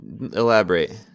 Elaborate